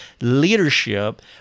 leadership